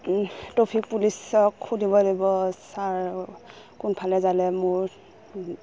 traffic পুলিচক সুধিব লাগিব ছাৰ কোনফালে যালে মোৰ